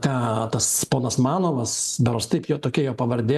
tą tas ponas manovas berods taip jo tokia jo pavardė